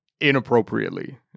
inappropriately